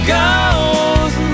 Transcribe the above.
goes